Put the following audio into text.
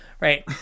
right